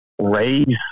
raise